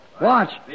Watch